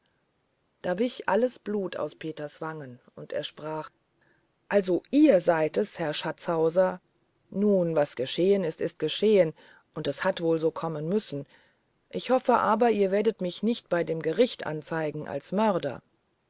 da wich alles blut aus peters wangen und er sprach also ihr seid es herr schatzhauser nun was geschehen ist ist geschehen und es hat wohl so kommen müssen ich hoffe aber ihr werdet mich nicht bei dem gericht anzeigen als mörder